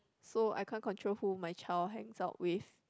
so I can't control who my child hangs out with